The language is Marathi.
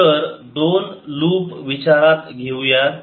तर दोन लुप विचारात घेऊयात